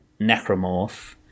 necromorph